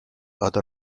other